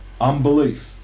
unbelief